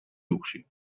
luci